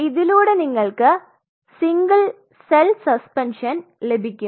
ഇതിലുടെ നിങ്ങൾക്ക് single cell suspension ലഭിക്കും